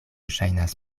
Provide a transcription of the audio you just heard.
ŝajnas